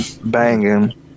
banging